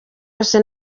yose